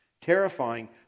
Terrifying